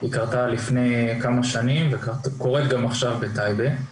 היא קרתה לפני כמה שנים וקורית גם עכשיו בטייבה.